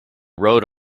rode